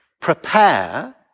Prepare